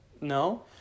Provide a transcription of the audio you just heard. No